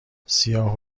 سیاه